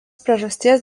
priežasties